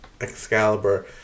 Excalibur